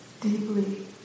deeply